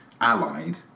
Allied